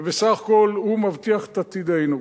ובסך הכול הוא מבטיח את עתידנו.